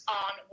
on